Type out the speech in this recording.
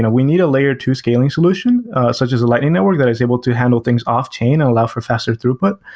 ah we need a layer two scaling solution such as a lightning network that is able to handle things off chain and allow for faster throughput.